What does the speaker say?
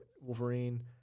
Wolverine